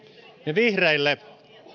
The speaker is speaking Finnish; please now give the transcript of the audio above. vihreille